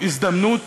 הזדמנות